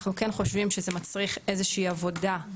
אנחנו כן חושבים שזה מצריך איזה שהיא עבודה,